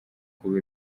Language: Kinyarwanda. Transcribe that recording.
kuba